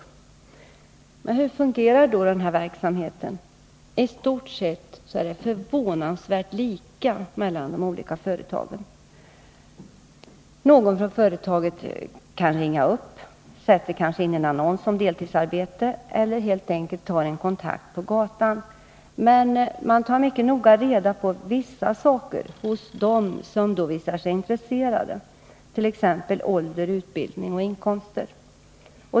429 Hur fungerar då den här verksamheten? I stort sett förvånansvärt lika mellan de olika företagen. Någon från företaget ringer upp, sätter in en annons om deltidsarbete eller tar helt enkelt kontakt på gatan. Men företagen tar noga reda på vissa saker hos dem som visar sig intresserade, t.ex. ålder, utbildning och inkomster.